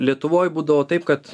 lietuvoj būdavo taip kad